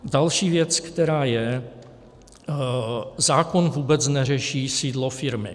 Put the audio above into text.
Další věc, která je zákon vůbec neřeší sídlo firmy.